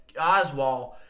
Oswald